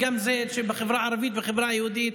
זה שבחברה הערבית וגם בחברה היהודית.